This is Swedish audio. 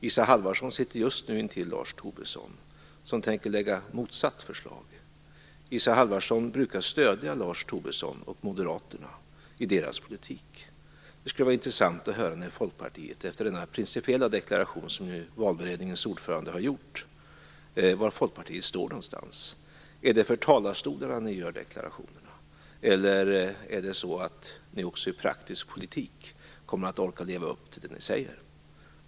Isa Halvarsson sitter just nu intill Lars Tobisson som tänker lägga fram motsatt förslag. Isa Halvarsson brukar stödja Lars Tobisson och Moderaterna i deras politik. Efter denna principiella deklaration som valberedningens ordförande har framfört skulle det vara intressant att höra var Folkpartiet står någonstans. Är det för talarstolarna ni gör deklarationerna, eller är det så att ni också i praktisk politik kommer att orka leva upp till det ni säger?